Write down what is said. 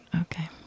Okay